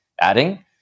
Adding